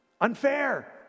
Unfair